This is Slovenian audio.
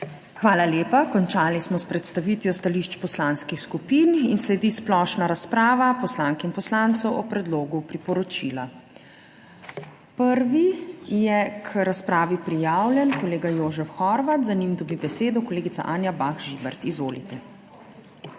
Hvala lepa. Končali smo s predstavitvijo stališč poslanskih skupin in sledi splošna razprava poslank in poslancev o predlogu priporočila. Prvi je k razpravi prijavljen kolega Jožef Horvat, za njim dobi besedo kolegica Anja Bah Žibert. Izvolite.